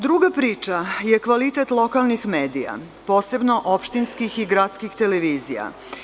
Druga priča je kvalitet lokalnih medija, posebno opštinskih i gradskih televizija.